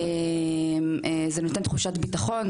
זה נותן תחושת ביטחון,